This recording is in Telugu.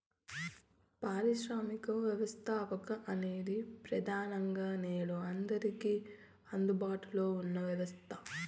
పారిశ్రామిక వ్యవస్థాపకత అనేది ప్రెదానంగా నేడు అందరికీ అందుబాటులో ఉన్న వ్యవస్థ